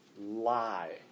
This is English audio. lie